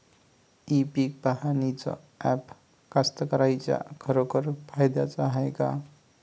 इ पीक पहानीचं ॲप कास्तकाराइच्या खरोखर फायद्याचं हाये का?